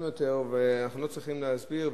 אנחנו לא צריכים להסביר,